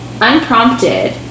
unprompted